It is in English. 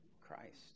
Christ